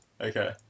Okay